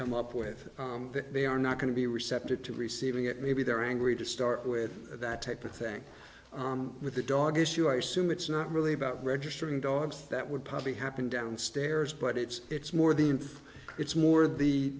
come up with that they are not going to be receptive to receiving it maybe they're angry to start with that type of thing with the dog issue i assume it's not really about registering dogs that would probably happen downstairs but it's it's more the it's more